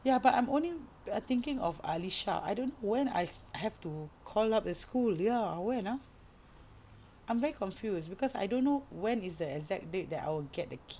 ya but I'm only thinking of Alisha I don't when I have to call up the school ya when ah I'm very confused cause I don't know when is the exact date that I will get the key